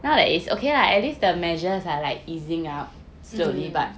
mm